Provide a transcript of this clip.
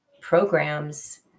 programs